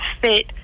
fit